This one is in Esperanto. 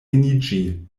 eniĝi